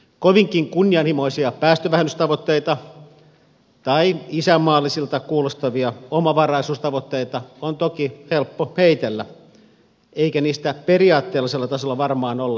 kovinkin kunnianhimoisia päästövähennystavoitteita tai isänmaallisilta kuulostavia omavaraisuustavoitteita on toki helppo heitellä eikä niistä periaatteellisella tasolla varmaan olla eri mieltä